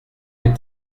les